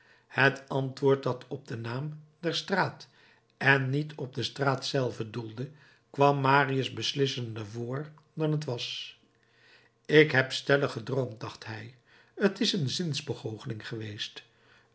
het antwoord dat op den naam der straat en niet op de straat zelve doelde kwam marius beslissender voor dan het was ik heb stellig gedroomd dacht hij t is een zinsbegoocheling geweest